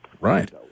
Right